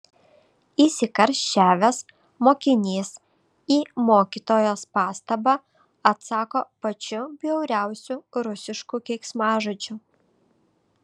įsikarščiavęs mokinys į mokytojos pastabą atsako pačiu bjauriausiu rusišku keiksmažodžiu